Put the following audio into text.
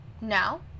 Now